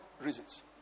reasons